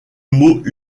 mot